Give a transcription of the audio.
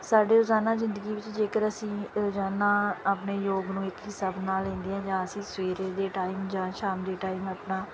ਸਾਡੇ ਰੋਜ਼ਾਨਾ ਜ਼ਿੰਦਗੀ ਵਿੱਚ ਜੇਕਰ ਅਸੀਂ ਰੋਜ਼ਾਨਾ ਆਪਣੇ ਯੋਗ ਨੂੰ ਇੱਕ ਹਿੱਸਾ ਬਣਾ ਲੈਂਦੇ ਹਾਂ ਜਾਂ ਅਸੀਂ ਸਵੇਰੇ ਦੇ ਟਾਈਮ ਜਾਂ ਸ਼ਾਮ ਦੇ ਟਾਈਮ ਆਪਣਾ